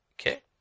Okay